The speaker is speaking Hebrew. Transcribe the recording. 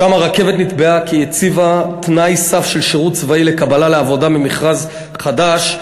שם הרכבת נתבעה כי הציבה תנאי סף של שירות צבאי לקבלה לעבודה במכרז חדש,